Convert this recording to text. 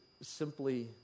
simply